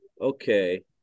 Okay